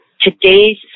today's